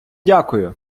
дякую